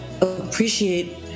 appreciate